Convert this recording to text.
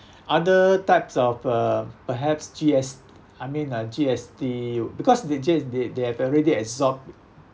other types of uh perhaps G_S I mean uh G_S_T because the G_ they they they have already absorbed